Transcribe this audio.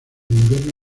invierno